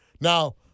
Now